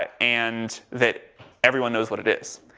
ah and that everyone knows, what it is.